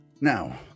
Now